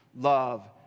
love